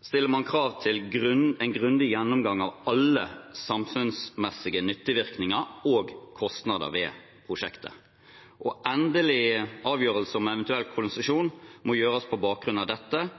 stiller man krav til en grundig gjennomgang av alle samfunnsmessige nyttevirkninger og kostnader ved prosjektet, og en endelig avgjørelse om en eventuell konsesjon må gjøres på bakgrunn av dette.